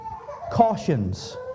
cautions